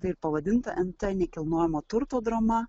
tai ir pavadinta entė nekilnojamo turto drama